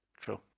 True